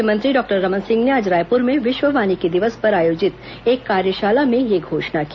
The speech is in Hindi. मुख्यमंत्री डॉक्टर रमन सिंह ने आज रायपुर में विश्व वानिकी दिवस पर आयोजित एक कार्यशाला में यह घोषणा की